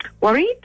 worried